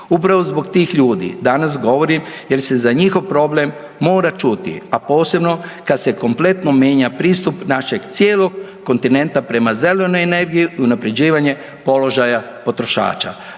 Upravo zbog tih ljudi danas govorim jer se za njihov problem mora čuti, a posebno kad se kompletno mijenja pristup našeg cijelog kontinenta prema zelenoj energiji i unapređivanje položaja potrošača.